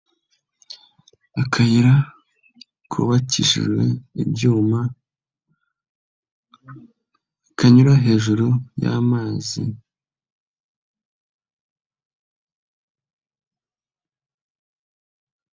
Akayira kubakishijwe ibyuma kanyura hejuru y'amazi.